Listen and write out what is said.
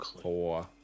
four